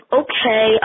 okay